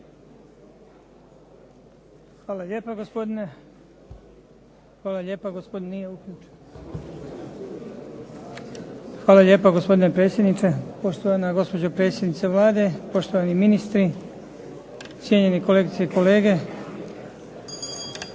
proračun. Izvolite. **Marić, Goran (HDZ)** Hvala lijepa gospodine predsjedniče, poštovana gospođo predsjednice Vlade, poštovani ministri, cijenjeni kolegice i kolege.